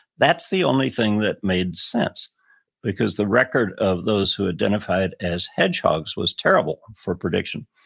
that's the only thing that made sense because the record of those who identified as hedgehogs was terrible for prediction.